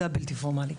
זה הבלתי פורמלי.